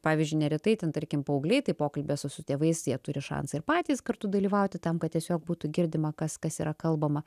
pavyzdžiui neretai ten tarkim paaugliai tai pokalbyje su su tėvais jie turi šansą ir patys kartu dalyvauti tam kad tiesiog būtų girdima kas kas yra kalbama